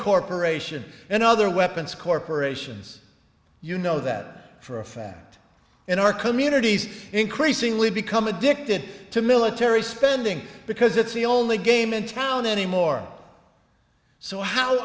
corporation and other weapons corporations you know that for a fact in our communities increasingly become addicted to military spending because it's the only game in town anymore oh so how